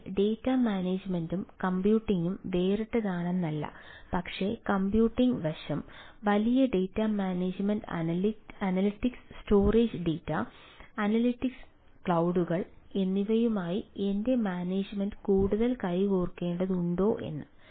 അതിനാൽ ഡാറ്റ മാനേജുമെന്റും കമ്പ്യൂട്ടിംഗും വേറിട്ടതാണെന്നല്ല പക്ഷേ കമ്പ്യൂട്ടിംഗ് വശം വലിയ data management analytics storage data analytics ക്ലൌഡുകൾ എന്നിവയുമായി എന്റെ മാനേജുമെന്റ് കൂടുതൽ കൈകോർക്കുന്നുണ്ടോ എന്ന്